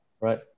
right